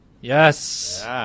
Yes